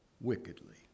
wickedly